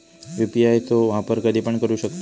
UPI चो वापर कधीपण करू शकतव?